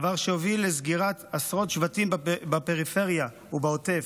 דבר שיוביל לסגירת עשרות שבטים בפריפריה ובעוטף,